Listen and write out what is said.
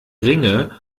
ringe